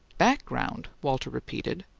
background? walter repeated.